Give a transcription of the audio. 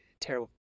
terrible